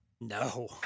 No